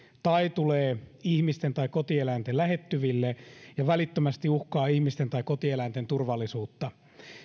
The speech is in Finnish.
tai tulee ihmisten tai kotieläinten lähettyville ja välittömästi uhkaa ihmisten tai kotieläinten turvallisuutta